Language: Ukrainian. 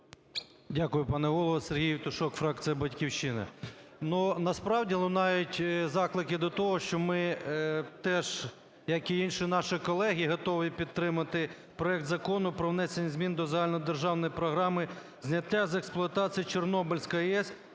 Дякую, пане голово. Сергій Євтушок, фракція "Батьківщина". Насправді лунають заклики до того, що ми теж, як і інші наші колеги, готові підтримати проект Закону про внесення змін до Загальнодержавної програми зняття з експлуатації Чорнобильської АЕС